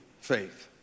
faith